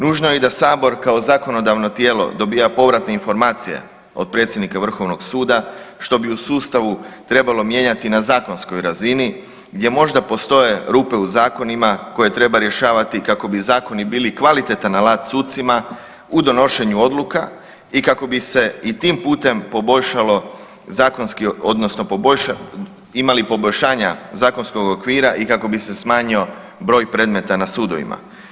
Nužno je i da sabor kao zakonodavno tijelo dobija povratne informacije od predsjednika vrhovnog suda što bi u sustavu trebalo mijenjati na zakonskoj razini gdje možda postoje rupe u zakonima koje treba rješavati kako bi zakoni bili kvalitetan alat sucima u donošenju odluka i kako bi se i tim putem poboljšalo zakonski odnosno imali poboljšanja zakonskog okvira i kako bi se smanjio broj predmeta na sudovima.